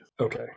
Okay